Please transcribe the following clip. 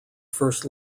first